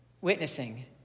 witnessing